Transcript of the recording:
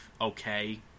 okay